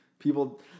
People